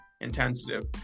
intensive